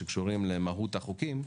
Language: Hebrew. שקשורים למהות החוקים,